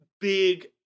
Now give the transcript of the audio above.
big